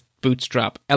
Bootstrap